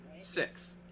Six